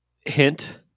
hint